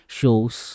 shows